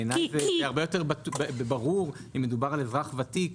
בעיני זה הרבה יותר ברור אם מדובר על אזרח ותיק